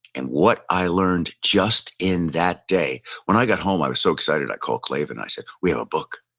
and what i learned just in that day, when i got home i was so excited, i called clavin, i said, we have a book.